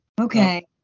Okay